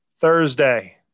Thursday